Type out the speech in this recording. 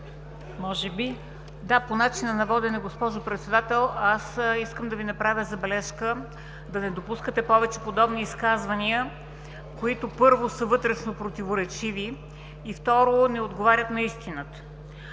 СТОЯНОВА: Да, по начина на водене госпожо Председател, аз искам да Ви направя забележка да не допускате повече подобни изказвания, които, първо, са вътрешно противоречиви, и, второ, не отговарят на истината.